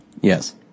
Yes